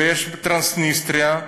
ויש טרנסניסטריה,